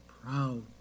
proud